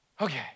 Okay